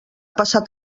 passat